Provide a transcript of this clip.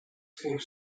for